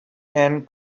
and